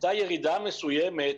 הייתה ירידה מסוימת